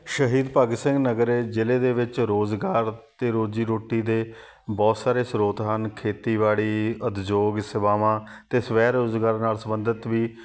ਸ਼ਹੀਦ ਭਗਤ ਸਿੰਘ ਨਗਰ ਜ਼ਿਲ੍ਹੇ ਦੇ ਵਿੱਚ ਰੋਜ਼ਗਾਰ ਅਤੇ ਰੋਜ਼ੀ ਰੋਟੀ ਦੇ ਬਹੁਤ ਸਾਰੇ ਸ੍ਰੋਤ ਹਨ ਖੇਤੀਬਾੜੀ ਉਦਯੋਗ ਸੇਵਾਵਾਂ ਅਤੇ ਸਵੈ ਰੋਜ਼ਗਾਰ ਨਾਲ ਸੰਬੰਧਿਤ ਵੀ